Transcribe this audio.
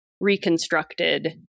reconstructed